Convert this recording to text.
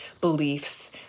beliefs